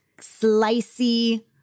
slicey